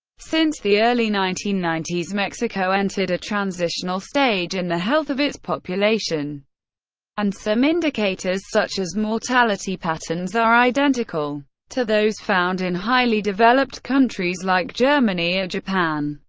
since the early nineteen ninety s, mexico entered a transitional stage in the health of its population and some indicators such as mortality patterns are identical identical to those found in highly developed countries like germany or japan.